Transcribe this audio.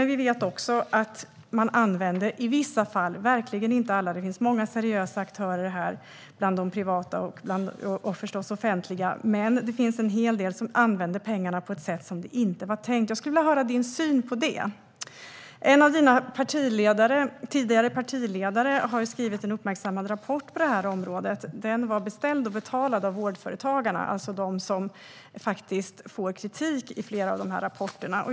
Vi vet också att det finns en hel del - det gäller verkligen inte alla, för det finns många seriösa aktörer bland de privata och förstås de offentliga - som använder pengarna på ett sätt som det inte var tänkt. Jag skulle vilja höra om din syn på det. En av dina tidigare partiledare har skrivit en uppmärksammad rapport på det här området. Den var beställd och betald av Vårdföretagarna - det är alltså de som faktiskt får kritik i flera av de här rapporterna.